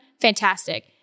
Fantastic